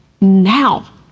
now